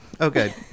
Okay